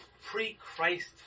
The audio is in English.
pre-Christ